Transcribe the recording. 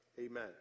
Amen